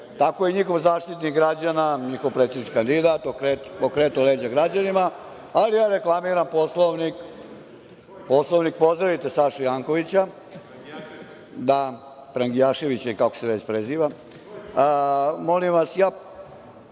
tako je njihov zaštitnik građana, njihov predsednički kandidat okretao leđa građanima, ali ja reklamiram Poslovnik. Pozdravite Sašu Jankovića, prangijaševića, ili kako se već preziva. Molim vas, ja